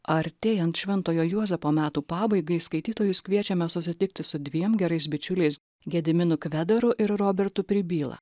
artėjant šventojo juozapo metų pabaigai skaitytojus kviečiame susitikti su dviem gerais bičiuliais gediminu kvedaru ir robertu pribyla